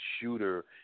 shooter